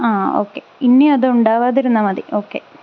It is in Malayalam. ആ ഓക്കേ ഇനി അത് ഉണ്ടാകാതെ ഇരുന്നാൽ മതി